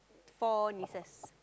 four nieces